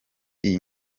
iyi